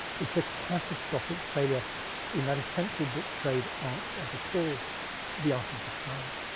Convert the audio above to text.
it's a catastrophic failure in that essential book trade art of the period the art of disguise.